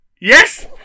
Yes